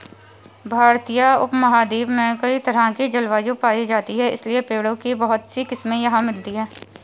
भारतीय उपमहाद्वीप में कई तरह की जलवायु पायी जाती है इसलिए पेड़ों की बहुत सी किस्मे यहाँ मिलती हैं